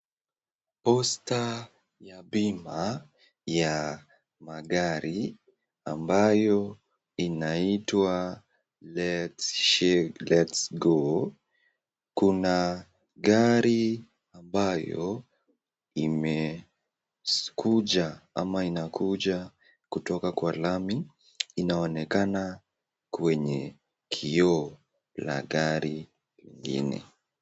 Posta ya bima ya magari, ambayo inaitwa let's go , kuna gari ambayo imekuja ama inakuja kutokankwa lami inaonekana kwenye kioo la gari lingine.